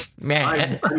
Man